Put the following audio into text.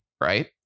right